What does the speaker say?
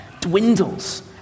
dwindles